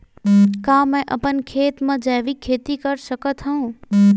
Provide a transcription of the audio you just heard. का मैं अपन खेत म जैविक खेती कर सकत हंव?